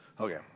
Okay